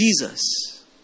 Jesus